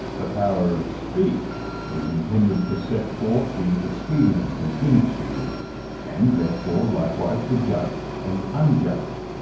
the power of speech is intended to set forth the expedient and inexpedient and therefore likewise, the just and unjust.